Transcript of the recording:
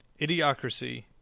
Idiocracy